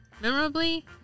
Memorably